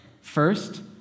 First